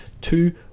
two